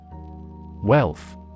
Wealth